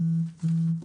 תודה.